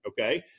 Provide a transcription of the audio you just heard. okay